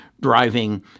driving